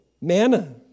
manna